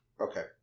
Okay